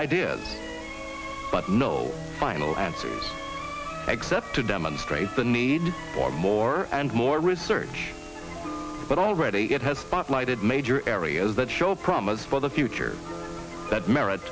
ideas but no final answer except to demonstrate the need for more and more research but already it has spotlighted major areas that show promise for the future that merit